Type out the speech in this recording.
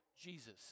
Jesus